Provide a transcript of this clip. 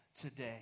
today